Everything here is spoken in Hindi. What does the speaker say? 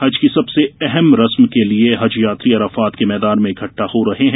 हज की सबसे अहम रस्म के लिए हज यात्री अराफात के मैदान में इकट्ठा हो रहे हैं